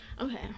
Okay